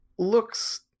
looks